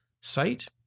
Site